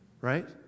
right